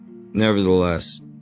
nevertheless